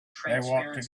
through